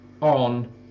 on